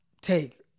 take